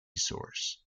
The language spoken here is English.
source